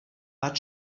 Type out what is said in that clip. bad